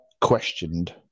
questioned